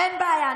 אין בעיה.